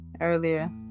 earlier